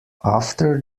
after